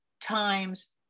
times